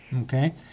Okay